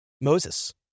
Moses